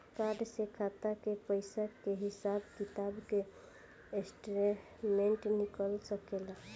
Card से खाता के पइसा के हिसाब किताब के स्टेटमेंट निकल सकेलऽ?